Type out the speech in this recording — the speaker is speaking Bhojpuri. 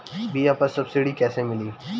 बीया पर सब्सिडी कैसे मिली?